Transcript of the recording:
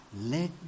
let